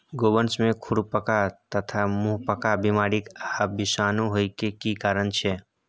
गोवंश में खुरपका तथा मुंहपका बीमारी आ विषाणु होय के की कारण छै?